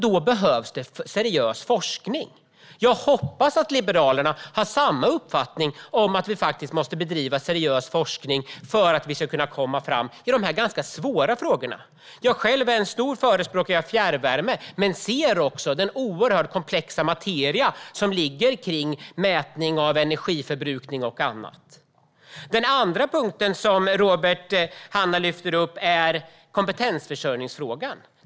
Då behövs det seriös forskning. Jag hoppas att Liberalerna har samma uppfattning, det vill säga att vi faktiskt måste bedriva seriös forskning för att komma framåt i dessa ganska svåra frågor. Jag själv är en stor förespråkare för fjärrvärme, men jag ser också den oerhört komplexa materia som ligger i mätning av energiförbrukning och annat. Den andra punkten Robert Hannah lyfter upp är kompetensförsörjningsfrågan.